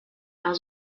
war